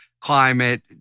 climate